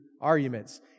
arguments